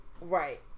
Right